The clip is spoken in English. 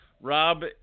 Rob